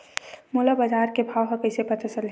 मोला बजार के भाव ह कइसे पता चलही?